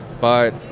but-